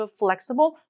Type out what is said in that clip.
flexible